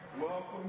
welcome